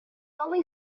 only